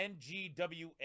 NGWA